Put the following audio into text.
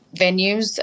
venues